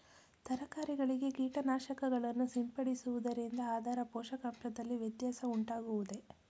ತರಕಾರಿಗಳಿಗೆ ಕೀಟನಾಶಕಗಳನ್ನು ಸಿಂಪಡಿಸುವುದರಿಂದ ಅದರ ಪೋಷಕಾಂಶದಲ್ಲಿ ವ್ಯತ್ಯಾಸ ಉಂಟಾಗುವುದೇ?